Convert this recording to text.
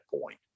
point